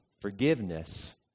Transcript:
Forgiveness